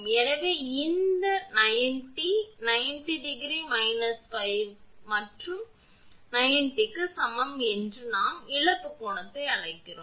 எனவே இந்த 90 90 ° 𝜙 மற்றும் to க்கு சமம் என்று நாம் அந்த இழப்பு கோணத்தை அழைக்கிறோம்